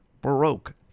Baroque